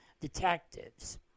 detectives